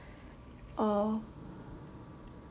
uh